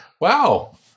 Wow